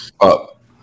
Up